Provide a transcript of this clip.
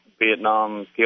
Vietnam